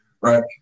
right